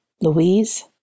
Louise